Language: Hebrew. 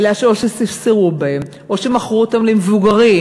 אלא או שספסרו בהם, או שמכרו אותם למבוגרים.